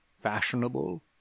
fashionable